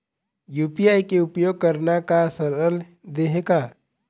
UPI के उपयोग करना का सरल देहें का?